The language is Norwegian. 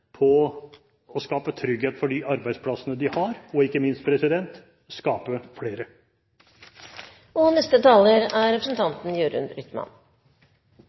på å skape trygghet for de arbeidsplassene de har – og ikke minst skape flere. Én av mange saker som opptar meg, er